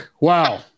Wow